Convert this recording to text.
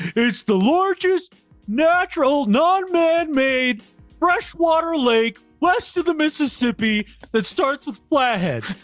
who's the lord choose natural non manmade freshwater lake. west of the mississippi that starts with flathead